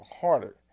harder